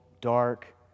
dark